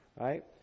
Right